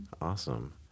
Awesome